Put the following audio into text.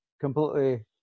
completely